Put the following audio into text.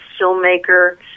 filmmaker